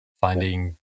finding